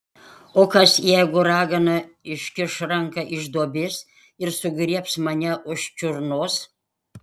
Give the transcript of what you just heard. o kas jeigu ragana iškiš ranką iš duobės ir sugriebs mane už čiurnos